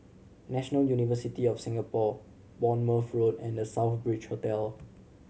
National University of Singapore Bournemouth Road and The Southbridge Hotel